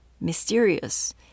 Mysterious